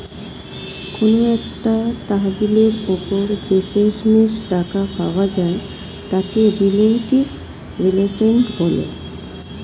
কোনো একটা তহবিলের উপর যে শেষমেষ টাকা পাওয়া যায় তাকে রিলেটিভ রিটার্ন বলে